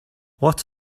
what